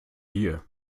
hier